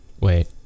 Wait